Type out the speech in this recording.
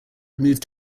moved